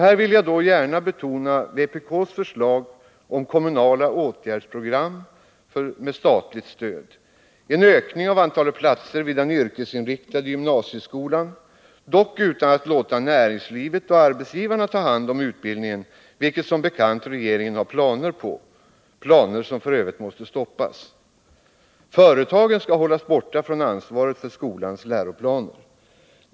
Här vill jag då gärna betona vpk:s förslag om kommunala åtgärdsprogram med statligt stöd, en ökning av antalet platser vid den yrkesinriktade gymnasieskolan, dock utan att låta näringslivet och arbetsgivarna ta hand om utbildningen, vilket som bekant regeringen har planer på, planer som f. ö. måste stoppas. Företagen skall hållas borta från ansvaret för skolans läroplaner.